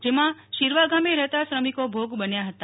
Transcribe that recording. જેમાં શિરવા ગામે રહેતાં શ્રમિકો ભોગ બન્યાં હતા